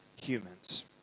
humans